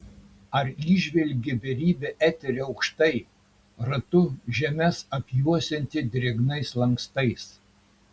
ar įžvelgi beribį eterį aukštai ratu žemes apjuosiantį drėgnais lankstais